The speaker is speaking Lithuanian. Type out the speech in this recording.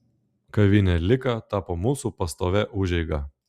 kavinė lika tapo mūsų pastovia užeiga